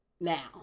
now